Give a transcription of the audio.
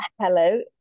hello